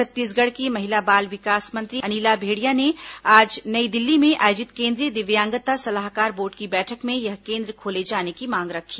छत्तीसगढ़ की महिला बाल विकास मंत्री अनिला भेंडिया ने आज नई दिल्ली में आयोजित केंद्रीय दिव्यांगता सलाहकार बोर्ड की बैठक में यह केन्द्र खोले जाने की मांग रखी